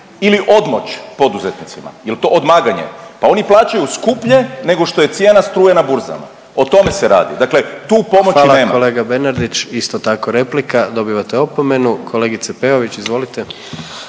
ili odmoć poduzetnicima? Jel' to odmaganje? Pa oni plaćaju skuplje, nego što je cijena struje na burzama o tome se radi. Dakle, tu pomoći nema. **Jandroković, Gordan (HDZ)** Hvala vam kolega Bernardić. Isto tako replika. Dobivate opomenu. Kolegice Peović izvolite.